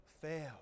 fail